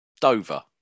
Dover